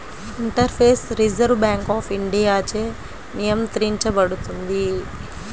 interface reserve bank of ఇండియాచే నియంత్రించబడుతుంది